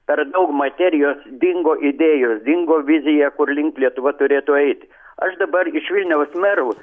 per daug materijos dingo idėjos dingo vizija kur link lietuva turėtų eiti aš dabar iš vilniaus merų